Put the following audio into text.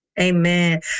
Amen